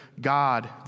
God